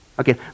Okay